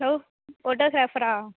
hello ஃபோட்டோகிராஃபர்ரா